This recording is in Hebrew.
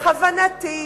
בכוונתי,